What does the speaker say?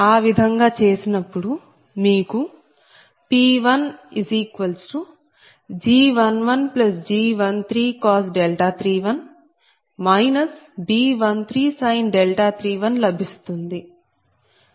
ఆ విధంగా చేసినప్పుడు మీకు P1G11G1331 B1331 లభిస్తుంది